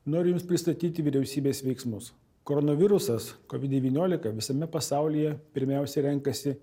norėjau pristatyti vyriausybės veiksmus koronavirusas covid devyniolika visame pasaulyje pirmiausia renkasi